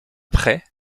prêt